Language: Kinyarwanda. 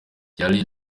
yari